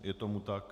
Je tomu tak.